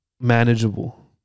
manageable